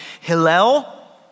Hillel